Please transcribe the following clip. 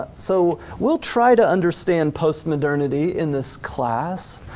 so we'll try to understand post-modernity in this class.